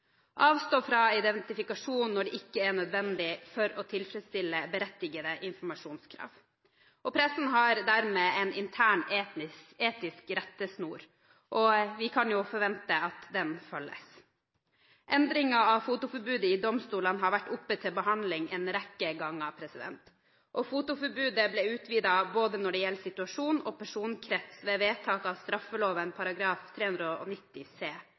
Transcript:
Avstå fra identifikasjon når det ikke er nødvendig for å tilfredsstille berettigede informasjonskrav. Pressen har dermed en intern etisk rettesnor, og vi kan jo forvente at den følges. Endringer av fotoforbudet i domstolene har vært oppe til behandling en rekke ganger, og fotoforbudet ble utvidet både når det gjelder situasjon og personkrets ved vedtak av straffeloven § 390 c,